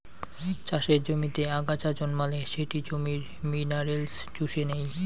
চাষের জমিতে আগাছা জন্মালে সেটি জমির মিনারেলস চুষে নেই